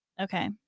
Okay